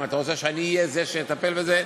אם אתה רוצה שאני אהיה זה שיטפל בזה,